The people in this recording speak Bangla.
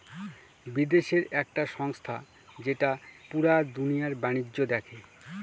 বিদেশের একটি সংস্থা যেটা পুরা দুনিয়ার বাণিজ্য দেখে